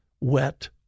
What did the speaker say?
wet